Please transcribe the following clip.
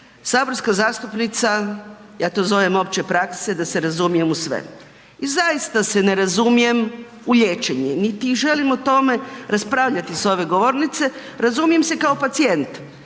saborska zastupnica, ja to zovem opće prakse da se razumijem u sve. I zaista se ne razumijem u liječenje, niti želim o tome raspravljati s ove govornice, razumijem se kao pacijent.